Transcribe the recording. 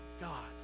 God